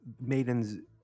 Maiden's